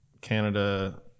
Canada